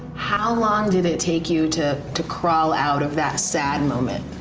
how long did it take you to to crawl out of that sad moment?